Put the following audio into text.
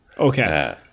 Okay